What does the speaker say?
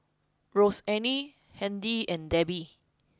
Rozanne Handy and Debbi